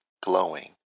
glowing